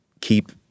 keep